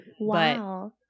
Wow